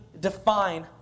define